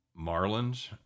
Marlins